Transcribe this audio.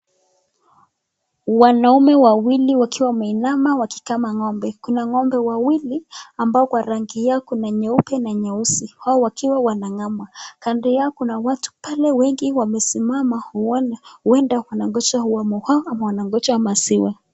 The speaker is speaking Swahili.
Wanaume wawili wakiwa wameinama wakikama ng'ombe. Kuna ng'ombe wawili ambao kwa rangi yao kuna nyeupe na nyeusi, hao wakiwa wanang'ama. Kando yao kuna watu pale wengi wamesimama huenda wanangoja huamo hao ama wanangoja maziwa.